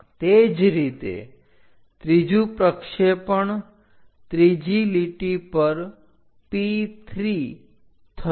તે જ રીતે ત્રીજું પ્રક્ષેપણ ત્રીજી લીટી પર P3 થશે